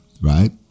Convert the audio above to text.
right